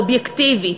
אובייקטיבי,